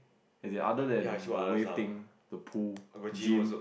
as in other than the wave thing the pool gym